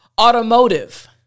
automotive